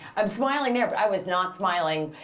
i'm smiling there but i was not smiling.